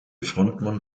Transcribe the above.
frontmann